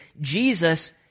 Jesus